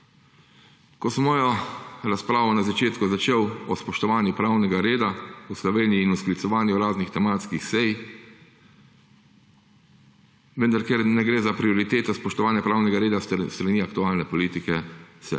Ko sem mojo razpravo na začetku začel o spoštovanju pravnega reda v Sloveniji in o sklicevanju raznih tematskih sej, vendar ker ne gre za prioriteto spoštovanja pravnega reda s strani aktualne politike se